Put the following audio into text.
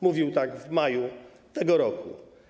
Mówił tak w maju tego roku.